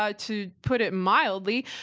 ah to put it mildly,